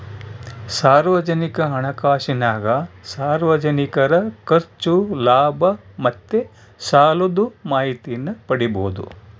ಸಾರ್ವಜನಿಕ ಹಣಕಾಸಿನಾಗ ಸಾರ್ವಜನಿಕರ ಖರ್ಚು, ಲಾಭ ಮತ್ತೆ ಸಾಲುದ್ ಮಾಹಿತೀನ ಪಡೀಬೋದು